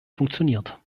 funktioniert